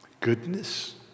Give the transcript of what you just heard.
goodness